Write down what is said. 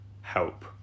help